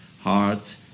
Heart